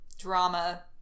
drama